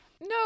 No